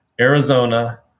Arizona